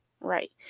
Right